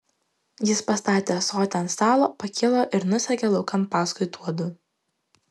jis pastatė ąsotį ant stalo pakilo ir nusekė laukan paskui tuodu